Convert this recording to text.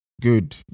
Good